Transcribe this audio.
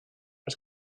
oes